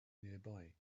nearby